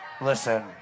Listen